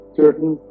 certain